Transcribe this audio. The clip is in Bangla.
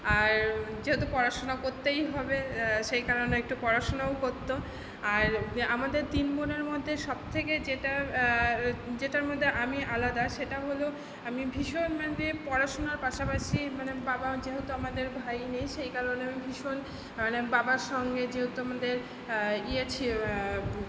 আর যেহেতু পড়াশুনা করতেই হবে সেই কারণে একটু পড়াশুনাও করতো আর আমাদের তিন বোনের মধ্যে সব থেকে যেটা যেটার মধ্যে আমি আলাদা সেটা হল আমি ভীষণ মানে পড়াশুনার পাশাপাশি মানে বাবাও যেহতু আমাদের ভাই নেই সেই কারণে আমি ভীষণ মানে বাবার সঙ্গে যেহেতু আমাদের ইয়ে ছিল